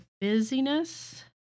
busyness